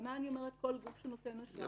ובכוונה אני אומרת "כל גוף שנותן אשראי",